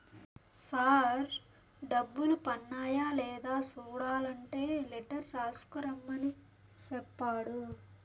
sir డబ్బులు పన్నాయ లేదా సూడలంటే లెటర్ రాసుకు రమ్మని సెప్పాడు